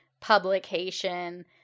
publication